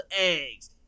eggs